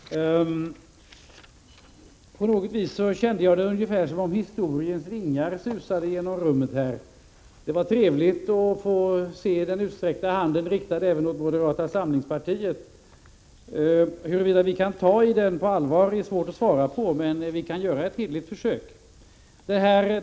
Herr talman! På något vis kände jag det som om historiens vingslag susade genom rummet. Det var trevligt att få se den utsträckta handen riktad även åt moderata samlingspartiet. Huruvida vi kan ta i den på allvar är svårt att svara på, men vi kan göra ett hederligt försök.